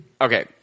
okay